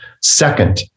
Second